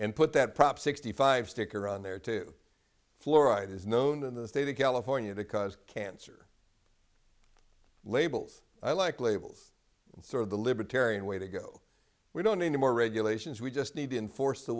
and put that prop sixty five sticker on there too fluoride is known in the state of california to cause cancer labels like labels sort of the libertarian way to go we don't need more regulations we just need to enforce the